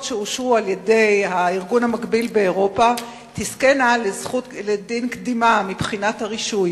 שאושרו על-ידי הארגון המקביל באירופה תזכינה לדין קדימה מבחינת הרישוי.